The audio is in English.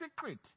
secret